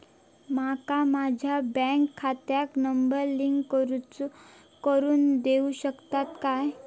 माका माझ्या बँक खात्याक नंबर लिंक करून देऊ शकता काय?